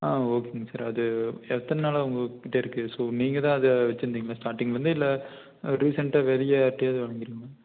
ஆ ஓகேங்க சார் அது எத்தனை நாளாக உங்கள்கிட்ட இருக்கு ஸோ நீங்க தான் அதை வச்சுருந்தீங்களா ஸ்டார்டிங்லேர்ந்து இல்லை ரீசெண்ட்டாக வெளியே யார்ட்டையாது வாங்கிருந்தீங்களா